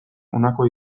honakoa